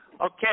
Okay